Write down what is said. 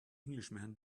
englishman